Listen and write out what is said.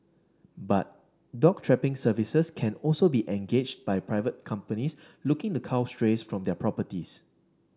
but dog trapping services can also be engaged by private companies looking the cull strays from their properties